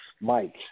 Mike